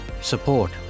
support